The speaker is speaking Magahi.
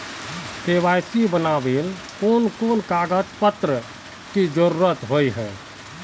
के.वाई.सी बनावेल कोन कोन कागज पत्र की जरूरत होय है?